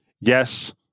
Yes